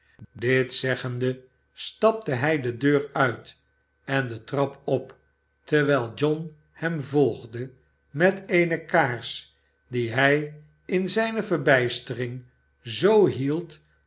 dit zeggende stapte hij de deur uit en de trap op terwijl john hem volgde met eene kaars die hij in zijne verbijstering zoo hield